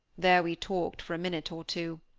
there we talked for a minute or two.